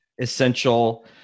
essential